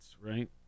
right